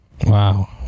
Wow